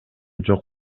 жок